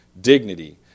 dignity